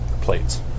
plates